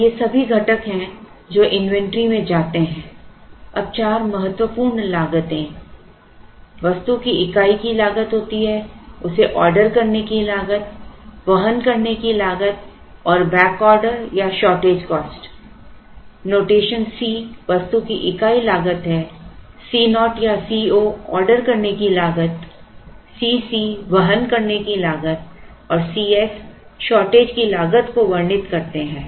तो ये सभी घटक हैं जो इन्वेंट्री में जाते हैं अब चार महत्वपूर्ण लागते वस्तु की इकाई लागत होती है उसे ऑर्डर करने की लागत वहन करने की लागत और बैक ऑर्डर या शॉर्टेज कॉस्ट नोटेशन C वस्तु की इकाई लागत C naught या C o ऑर्डर करने की लागत C c वहन करने की लागत और C s शॉर्टेज की लागत को वर्णित करते है